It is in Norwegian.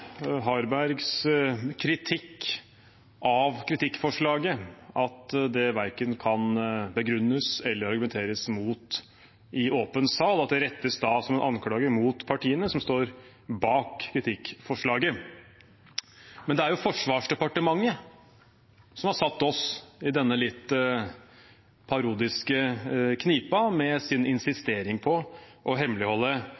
Harbergs kritikk av kritikkforslaget, at det verken kan begrunnes eller argumenteres mot i åpen sal, at det da rettes som en anklage mot partiene som står bak kritikkforslaget. Men det er jo Forsvarsdepartementet som har satt oss i denne litt parodiske knipa med sin